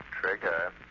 Trigger